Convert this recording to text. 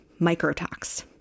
microtox